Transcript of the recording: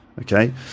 Okay